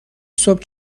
صبح